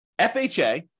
FHA